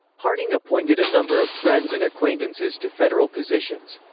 harding appointed a number of friends and acquaintances to federal positions.